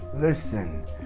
listen